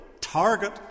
target